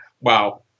wow